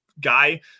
guy